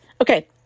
Okay